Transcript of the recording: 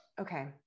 Okay